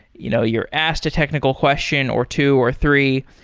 you know you're asked a technical question, or two, or three,